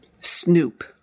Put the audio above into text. Snoop